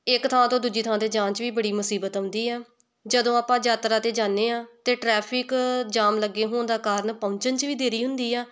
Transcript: ਇੱਕ ਥਾਂ ਤੋਂ ਦੂਜੀ ਥਾਂ 'ਤੇ ਜਾਣ 'ਚ ਵੀ ਬੜੀ ਮੁਸੀਬਤ ਆਉਂਦੀ ਆ ਜਦੋਂ ਆਪਾਂ ਯਾਤਰਾ 'ਤੇ ਜਾਂਦੇ ਹਾਂ ਅਤੇ ਟ੍ਰੈਫਿਕ ਜਾਮ ਲੱਗੇ ਹੋਣ ਦਾ ਕਾਰਨ ਪਹੁੰਚਣ 'ਚ ਵੀ ਦੇਰੀ ਹੁੰਦੀ ਆ